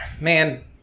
Man